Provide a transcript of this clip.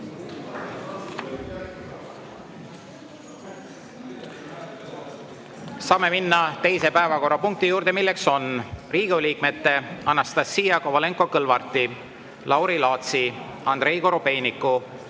Saame minna teise päevakorrapunkti juurde, mis on Riigikogu liikmete Anastassia Kovalenko-Kõlvarti, Lauri Laatsi, Andrei Korobeiniku,